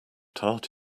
tart